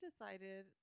decided